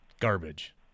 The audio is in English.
garbage